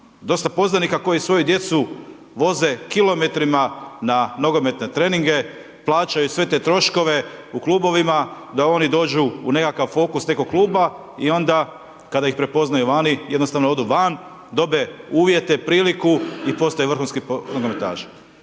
dosta poznanika koji svoju djecu voze kilometrima na nogometne treninge, plaćaju sve te troškove u klubovima, da oni dođu u nekakav fokus nekog kluba i onda kada ih prepoznaju vani, jednostavno odu van, dobe uvijete, priliku i postaju vrhunski nogometaši.